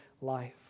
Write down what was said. life